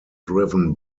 driven